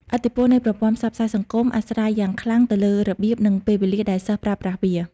ឥទ្ធិពលនៃប្រព័ន្ធផ្សព្វផ្សាយសង្គមអាស្រ័យយ៉ាងខ្លាំងទៅលើរបៀប និងពេលវេលាដែលសិស្សប្រើប្រាស់វា។